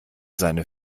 seine